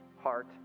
heart